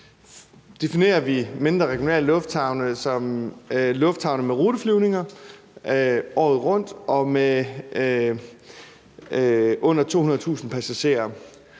definerer vi mindre, regionale lufthavne som lufthavne med ruteflyvninger året rundt og med under 200.000 passagerer.